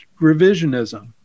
revisionism